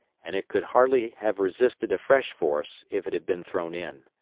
and it could hardly have resisted a fresh force if it had been thrown in.